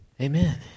Amen